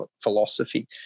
philosophy